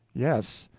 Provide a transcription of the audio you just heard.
yes,